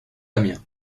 amiens